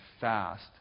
fast